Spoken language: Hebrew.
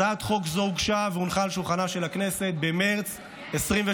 הצעת חוק זו הוגשה והונחה על שולחנה של הכנסת במרץ 2023,